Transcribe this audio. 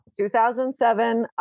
2007